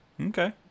okay